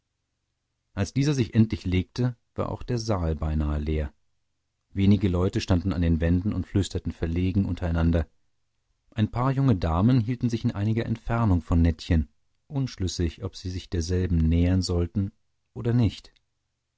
als dieser sich endlich legte war auch der saal beinahe leer wenige leute standen an den wänden und flüsterten verlegen untereinander ein paar junge damen hielten sich in einiger entfernung von nettchen unschlüssig ob sie sich derselben nähern sollten oder nicht